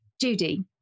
Judy